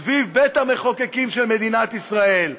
סביב בית המחוקקים של מדינת ישראל.